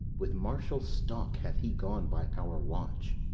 with martial stalk hath he gone by our watch.